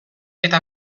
eta